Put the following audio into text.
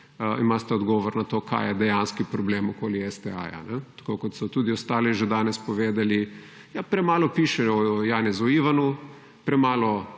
imate odgovor na to, kaj je dejanski problem okoli STA. Tako kot so tudi ostali že danes povedali, ja premalo pišejo o Janezu Ivanu, premalo